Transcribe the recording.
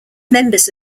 members